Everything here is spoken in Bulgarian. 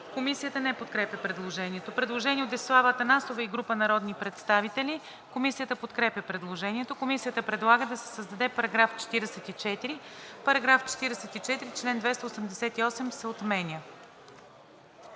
Комисията не подкрепя предложението. Предложение от Десислава Атанасова и група народни представители. Комисията подкрепя предложението. Комисията предлага да се създаде § 56: „§ 56. В чл. 429, ал. 2, изречение